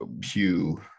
pew